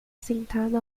sentado